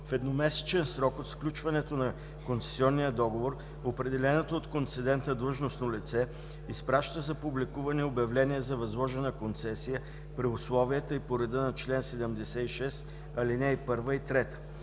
В едномесечен срок от сключването на концесионния договор определеното от концедента длъжностно лице изпраща за публикуване обявление за възложена концесия при условията и по реда на чл. 76, ал. 1 и 3.